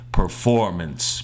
performance